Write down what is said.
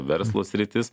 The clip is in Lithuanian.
verslo sritis